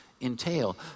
entail